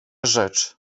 rzecz